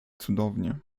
cudownie